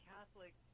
Catholic